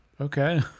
Okay